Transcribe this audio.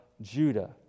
Judah